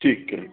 ठीक आहे